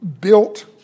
built